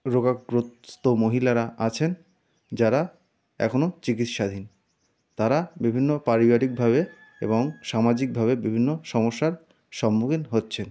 রোগগ্রস্ত মহিলারা আছেন যারা এখনো চিকিৎসাধীন তারা বিভিন্ন পারিবারিকভাবে এবং সামাজিকভাবে বিভিন্ন সমস্যার সম্মুখীন হচ্ছেন